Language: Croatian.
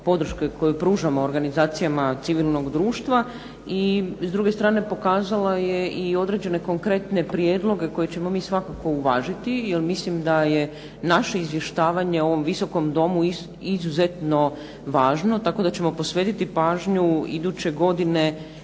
koju pružamo organizacijama civilnog društva. I s druge strane pokazala je i određene konkretne prijedloge koje ćemo mi svakako uvažiti, jer mislim da je naše izvještavanje u ovom Visokom domu izuzetno važno. Tako da ćemo posvetiti pažnju iduće godine